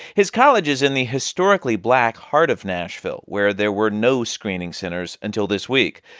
his college is in the historically black heart of nashville, where there were no screening centers until this week.